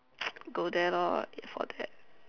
go there lo eat for that